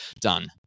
done